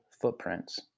footprints